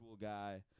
guy